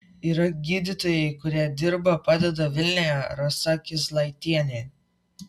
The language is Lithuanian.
yra gydytojai kurie dirba padeda vilniuje rasa kizlaitienė